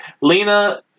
Lena